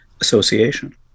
association